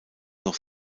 noch